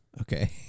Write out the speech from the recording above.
Okay